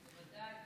ודאי.